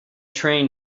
train